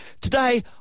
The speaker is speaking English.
Today